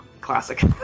Classic